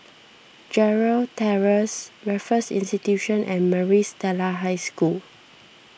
Gerald Terrace Raffles Institution and Maris Stella High School